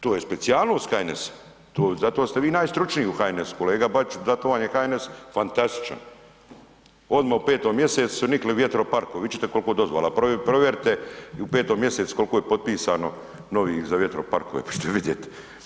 To je specijalnost HNS-a, zato ste vi najstručniji u HNS-u, kolega Bačiću zato vam je HNS fantastičan, odmah u 5 mjesecu su nikli vjetroparkovi, vid ćete koliko dozvola, provjerite i u 5 mjesecu koliko je potpisano novih za vjetroparkove, pa ćete vidjet.